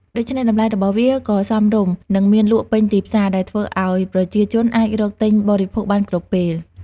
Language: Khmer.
ដូច្នេះតម្លៃរបស់វាក៏សមរម្យ និងមានលក់ពេញទីផ្សារ ដែលធ្វើឱ្យប្រជាជនអាចរកទិញបរិភោគបានគ្រប់ពេល។